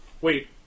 Wait